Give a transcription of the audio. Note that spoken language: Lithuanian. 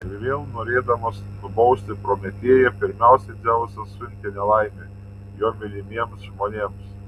ir vėl norėdamas nubausti prometėją pirmiausia dzeusas siuntė nelaimę jo mylimiems žmonėms